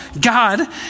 God